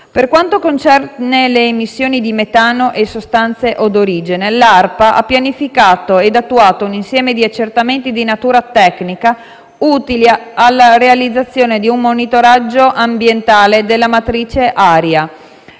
Per quanto concerne le emissioni di metano e sostanze odorigene, l'ARPA ha pianificato e attuato un insieme di accertamenti di natura tecnica utili alla realizzazione di un monitoraggio ambientale della matrice aria,